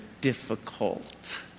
difficult